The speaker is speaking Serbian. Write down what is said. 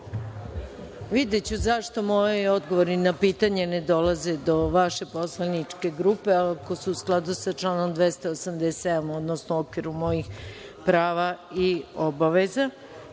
vreme. Videću zašto moji odgovori na pitanje ne dolaze do vaše poslaničke grupe, a ako su u skladu sa članom 287, odnosno u okviru mojih prava i obaveza,